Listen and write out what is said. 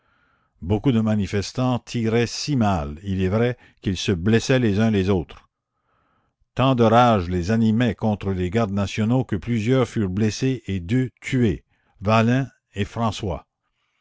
beaucoup de manifestants tiraient si mal il est vrai qu'ils se blessaient les uns les autres tant de rage les animait contre les gardes nationaux que plusieurs furent blessés et deux tués vahlin et françois